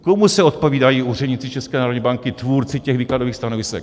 A komu se zodpovídají úředníci České národní banky, tvůrci těch výkladových stanovisek?